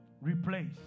Replace